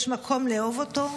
יש מקום לאהוב אותו,